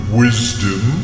wisdom